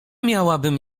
miałabym